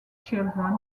children